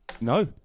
No